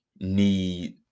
need